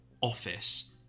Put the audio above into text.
office